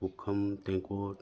ꯄꯨꯈꯝ ꯇꯦꯡꯀꯣꯠ